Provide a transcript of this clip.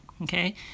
Okay